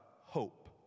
hope